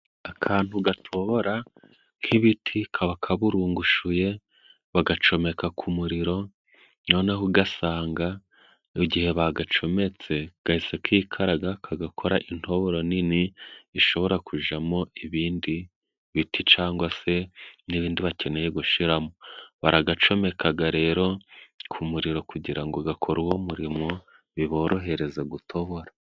Akantu gatobora nk'ibiti kaba kaburungushuye bagacomeka ku muriro, noneho ugasanga igihe bagacometse gahise kikaraga kagakora intoboro nini ishobora kujamo ibindi biti cangwa se n'ibindi bakeneye gushiramo. Baragacomekaga rero ku muriro kugira ngo gakore uwo murimo, biborohereze gutobora.